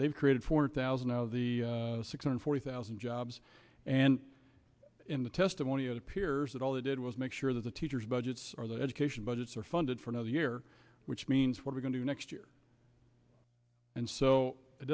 they've created four thousand out of the six hundred forty thousand jobs and in the testimony it appears that all they did was make sure that the teachers budgets or their education budgets are funded for another year which means what we're going to next year and so it